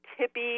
tippy